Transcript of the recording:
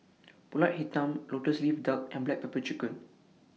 Pulut Hitam Lotus Leaf Duck and Black Pepper Chicken